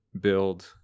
build